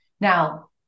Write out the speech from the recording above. now